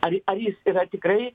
ar ar jis yra tikrai